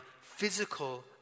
physical